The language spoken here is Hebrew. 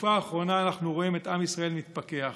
בתקופה האחרונה אנחנו רואים את עם ישראל מתפכח,